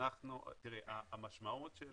המשמעות של